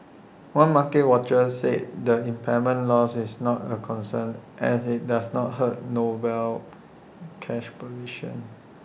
one market watcher said the impairment loss is not A concern as IT does not hurt Noble's cash position